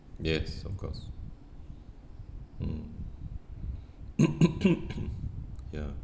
yes of course mm ya